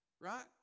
right